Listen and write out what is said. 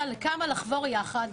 של הנשים והמחקרים כבר אמרו ועשו את שלהם.